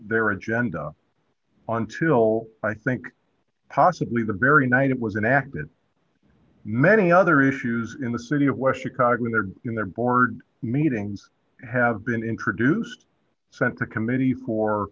their agenda on till i think possibly the very night it was an act that many other issues in the city of west because when they're in their board meetings have been introduced sent to committee